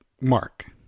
Mark